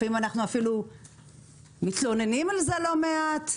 לפעמים אנחנו אפילו מתלוננים על זה לא מעט.